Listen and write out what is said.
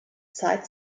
zeit